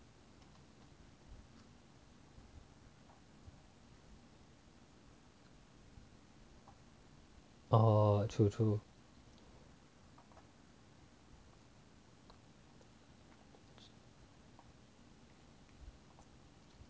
orh true true